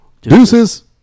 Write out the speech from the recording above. Deuces